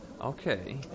Okay